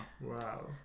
Wow